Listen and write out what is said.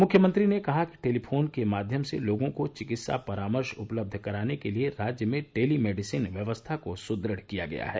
मुख्यमंत्री ने कहा कि टेलीफोन के माध्यम से लोगों को चिकित्सा परामर्श उपलब्ध कराने के लिए राज्य में टेलीमेडिसिन व्यवस्था को सुदृढ किया गया है